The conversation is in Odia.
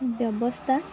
ବ୍ୟବସ୍ଥା